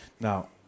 Now